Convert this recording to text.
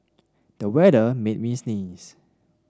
the weather made me sneeze